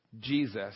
Jesus